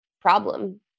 problem